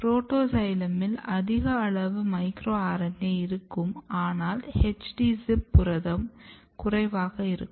புரோட்டோசைலமில் அதிக அளவு micro RNA இருக்கும் ஆனால் HD ZIP புரதம் குறைவாக இருக்கும்